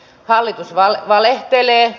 hallitus valehtelee